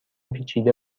پیچیده